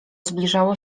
zbliżało